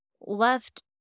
left